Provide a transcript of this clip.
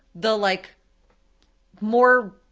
the like more,